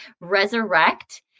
resurrect